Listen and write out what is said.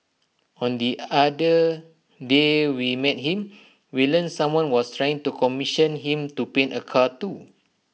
on the other day we met him we learnt someone was trying to commission him to paint A car too